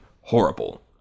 horrible